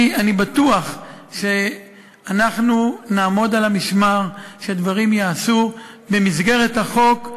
אני בטוח שאנחנו נעמוד על המשמר שדברים ייעשו במסגרת החוק,